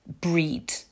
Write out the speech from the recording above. breed